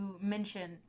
mention